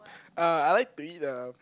uh I like to eat the